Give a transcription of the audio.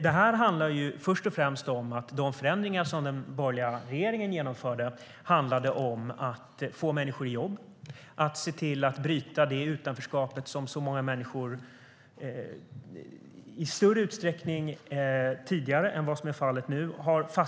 Det här handlar först och främst om att de förändringar som den borgerliga regeringen genomförde syftade till att få människor i jobb och bryta utanförskapet, som inneburit att så många människor fastnat i bidragsberoende - i större utsträckning tidigare än vad som är fallet nu.